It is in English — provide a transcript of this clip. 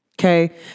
Okay